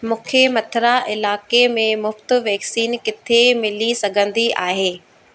मूंखे मथुरा इलाइक़े में मुफ़्ति वैक्सीन किथे मिली सघंदी आहे